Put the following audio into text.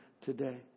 today